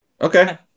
Okay